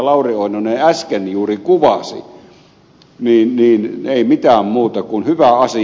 lauri oinonen äsken juuri kuvasi niin ei mitään muuta kuin hyvä asia